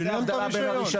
בוא נעשה הבדלה בין הרישיון.